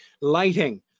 lighting